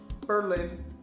Berlin